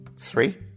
Three